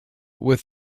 with